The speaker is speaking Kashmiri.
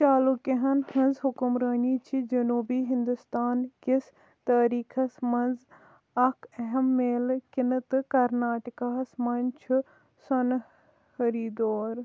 چالوکیاہن ہٕنٛز حُکمرٲنی چھِ جنوٗبی ہنٛدوٗستان کِس تٲریخس منٛز اکھ اہم میلہٕ کِنہٕ تہٕ کرناٹکاہَس منٛز چھُ سۅنہٕ ہری دور